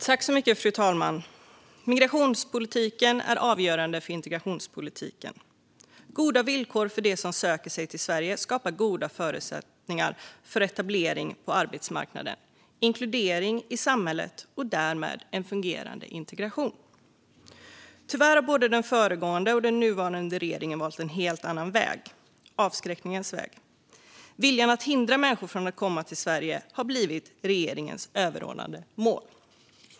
Fru talman! Migrationspolitiken är avgörande för integrationspolitiken. Goda villkor för dem som söker sig till Sverige skapar goda förutsättningar för etablering på arbetsmarknaden och inkludering i samhället och därmed en fungerande integration. Tyvärr har både den föregående och den nuvarande regeringen valt en helt annan väg - avskräckningens väg. Viljan att hindra människor från att komma till Sverige har blivit regeringens överordnade mål.